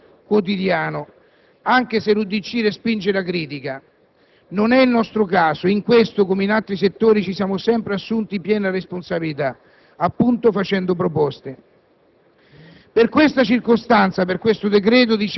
Sono pienamente d'accordo con questo libero quotidiano, anche se l'UDC respinge la critica, poiché non è il nostro caso. In questo, come in altri settori, ci siamo sempre assunti la piena responsabilità, appunto facendo proposte.